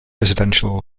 residential